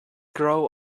grow